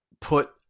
put